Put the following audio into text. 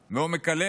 מעומק הלב,